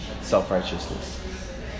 Self-righteousness